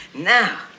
now